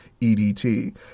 EDT